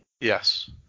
Yes